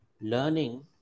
learning